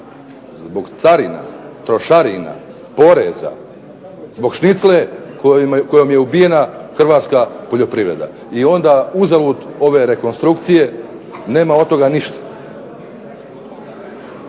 Zbog carina, trošarina, poreza, zbog šnicle kojim je ubijena Hrvatska poljoprivreda i onda uzalud ove rekonstrukcije nema od toga ništa.